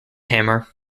hammer